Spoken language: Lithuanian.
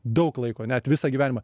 daug laiko net visą gyvenimą